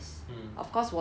mm